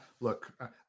look